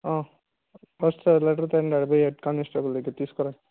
first ఆ letter తెండి ఆడపోయి హెడ్ కానిస్టేబుల్ దగ్గరకు తీసుకురా